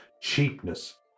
cheapness